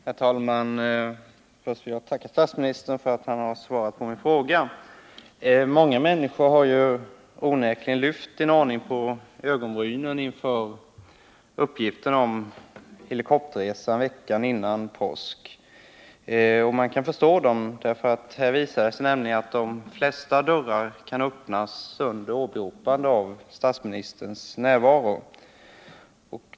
Herr talman! Först vill jag tacka statsministern för att han har svarat på min fråga. Det är onekligen så att många människor har lyft en aning på ögonbrynen inför uppgifterna om helikopterresan veckan före påsk. Och man kan förstå dem. Här visar det sig nämligen att de flesta dörrar kan öppnas under åberopande av statsministerns närvaro.